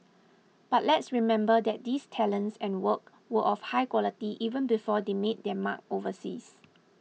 but let's remember that these talents and work were of high quality even before they made their mark overseas